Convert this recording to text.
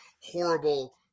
horrible